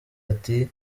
ati